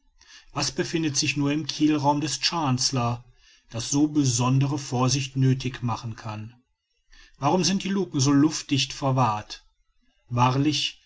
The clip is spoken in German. was befindet sich nur im kielraum des chancellor das so besondere vorsicht nöthig machen kann warum sind die luken so luftdicht verwahrt wahrlich